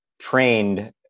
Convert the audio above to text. trained